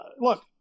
Look